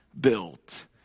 built